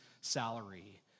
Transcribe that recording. salary